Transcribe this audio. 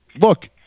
look